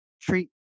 treat